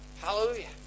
Hallelujah